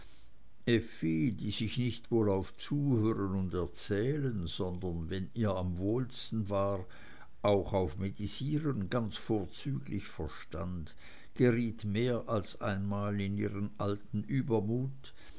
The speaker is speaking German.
die sich nicht bloß auf zuhören und erzählen sondern wenn ihr am wohlsten war auch auf medisieren ganz vorzüglich verstand geriet mehr als einmal in ihren alten übermut